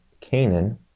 Canaan